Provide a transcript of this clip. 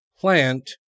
plant